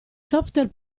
software